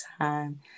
time